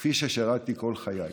כפי ששירתי כל חיי.